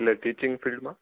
એટલે ટીચિંગ ફિલ્ડમાં